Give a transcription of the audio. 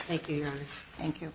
thank you thank you